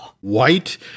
white